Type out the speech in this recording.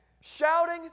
Shouting